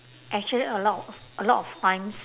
actually a lot of a lot of times